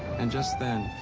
and just then,